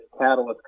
catalyst